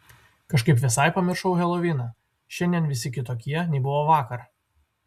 kažkaip visai pamiršau heloviną šiandien visi kitokie nei buvo vakar